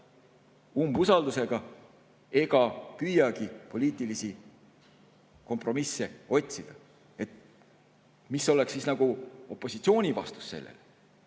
umbusaldusega ega püüagi poliitilisi kompromisse otsida. Mis oleks siis nagu opositsiooni vastus sellele?